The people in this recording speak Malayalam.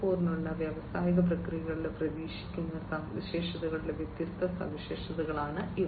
0 നുള്ള വ്യാവസായിക പ്രക്രിയകളുടെ പ്രതീക്ഷിക്കുന്ന സവിശേഷതകളുടെ വ്യത്യസ്ത സവിശേഷതകളാണ് ഇവ